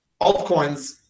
altcoins